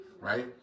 right